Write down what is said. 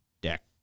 deck